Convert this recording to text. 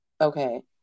Okay